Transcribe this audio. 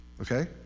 okay